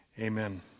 Amen